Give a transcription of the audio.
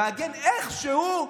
להגן איכשהו,